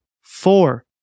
Four